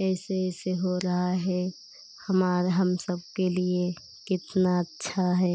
ऐसे ऐसे हो रहा है हमारे हम सब के लिए कितना अच्छा है